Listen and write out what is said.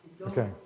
Okay